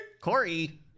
Corey